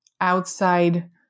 outside